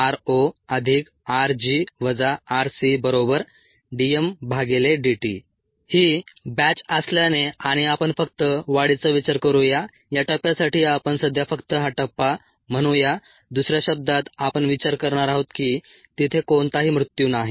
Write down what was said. ri rorg rcddt ही batch असल्याने आणि आपण फक्त वाढीचा विचार करू या या टप्प्यासाठी आपण सध्या फक्त हा टप्पा म्हणू या दुसऱ्या शब्दांत आपण विचार करणार आहोत की तिथे कोणताही मृत्यू नाही